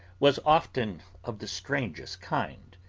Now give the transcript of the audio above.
was often of the strangest kind.